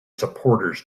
supporters